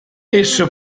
esso